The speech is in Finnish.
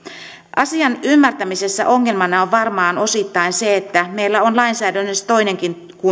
asian ymmärtämisessä ongelmana on varmaan osittain se että meillä on lainsäädännössä toinenkin